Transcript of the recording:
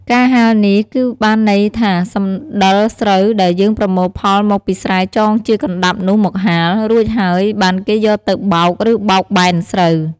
កាលហាលនេះ គឺបានន័យថាសំដិលស្រូវដែលយើងប្រមូលផលមកពីស្រែចងជាកណ្តាប់នោះមកហាល រួចហើយបានគេយកទៅបោក ឬបោកបែនស្រូវ។